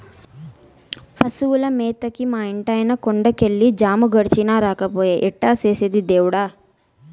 పశువుల మేతకి మా ఇంటాయన కొండ కెళ్ళి జాము గడిచినా రాకపాయె ఎట్టా చేసేది దేవుడా